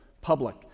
public